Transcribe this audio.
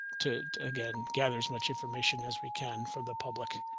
to again gather as much information as we can for the public,